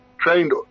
trained